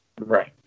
Right